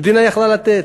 המדינה יכלה לתת.